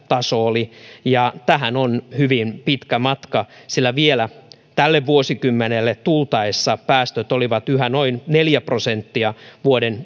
taso oli ja tähän on hyvin pitkä matka sillä vielä tälle vuosikymmenelle tultaessa päästöt olivat yhä noin neljä prosenttia vuoden